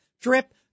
drip